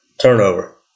turnover